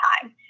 time